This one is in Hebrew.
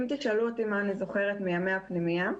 אם תשאלו אותי מה אני זוכרת מימי הפנימייה,